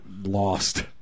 Lost